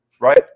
right